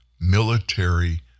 military